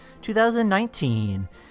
2019